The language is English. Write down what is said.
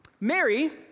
Mary